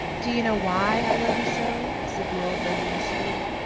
do you know why i love you so? said the old lady wistfully.